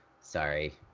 sorry